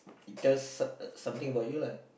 it tells something about you lah